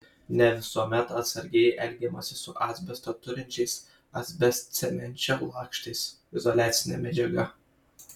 ne visuomet atsargiai elgiamasi su asbesto turinčiais asbestcemenčio lakštais izoliacine medžiaga